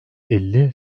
elli